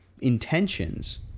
intentions